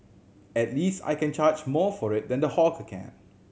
at least I can charge more for it than the hawker can